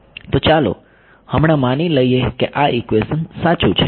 તો ચાલો હમણાં માની લઈએ કે આ ઈક્વેશન સાચું છે